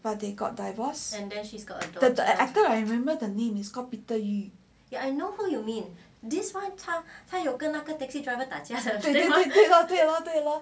but they got divorced and then she's got the actor I remember the name is called peter yu 对咯对咯